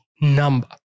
number